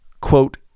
Quote